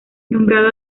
nombrado